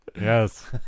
Yes